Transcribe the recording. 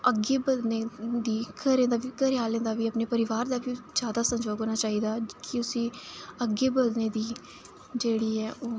अग्गै बधने दी घरै दा बी घरें आह्ले दा बी अपने परिवार दा बी ज्यादा सैहजोग होना चाहिदा कि उसी अग्गै बधने दी जेह्ड़ी ऐ